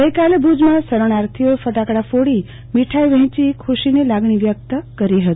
ગઈકાલે ભુજમાં શરણાર્થીઓ સાથે ફટાકડા ફોડી મીઠાઈ વહેંચી ખુશીની લાગણી વ્યકત કરી હતી